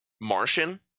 Martian